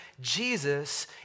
Jesus